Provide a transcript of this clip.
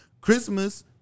Christmas